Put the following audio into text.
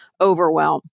overwhelm